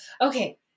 okay